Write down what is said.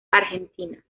argentina